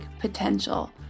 potential